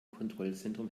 kontrollzentrum